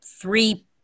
three